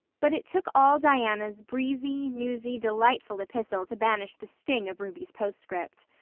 but it took all diana's breezy, newsy, delightful epistle to banish the sting of ruby's postscript.